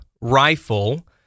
rifle